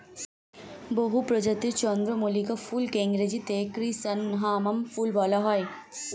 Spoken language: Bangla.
বহু প্রজাতির চন্দ্রমল্লিকা ফুলকে ইংরেজিতে ক্রিস্যান্থামাম ফুল বলা হয়